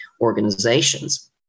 organizations